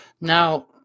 Now